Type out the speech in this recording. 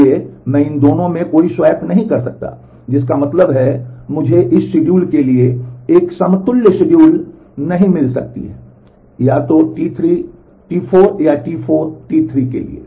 इसलिए मैं इन दोनों में कोई स्वैप नहीं कर सकता जिसका मतलब है कि मुझे इस शिड्यूल नहीं मिल सकती है या तो T3 T4 या T4 T3 के लिए